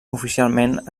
oficialment